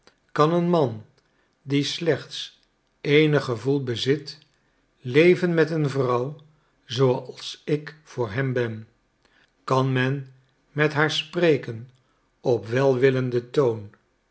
kan een man die slechts eenig gevoel bezit leven met een vrouw zooals ik voor hem ben kan men met haar spreken op welwillenden toon